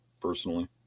personally